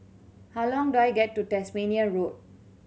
how long do I get to Tasmania Road